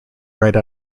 write